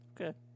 okay